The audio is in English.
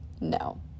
No